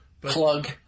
Plug